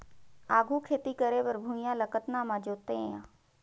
आघु खेती करे बर भुइयां ल कतना म जोतेयं?